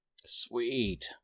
Sweet